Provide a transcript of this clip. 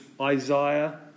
Isaiah